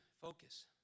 focus